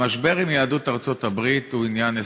המשבר עם יהדות ארצות הברית הוא עניין אסטרטגי.